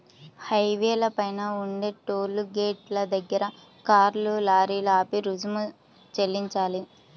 హైవేల పైన ఉండే టోలు గేటుల దగ్గర కార్లు, లారీలు ఆపి రుసుము చెల్లించాలి